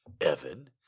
Evan